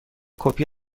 کپی